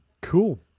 cool